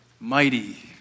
Mighty